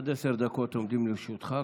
אדוני, עד עשר דקות עומדות לרשותך.